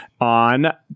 on